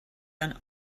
and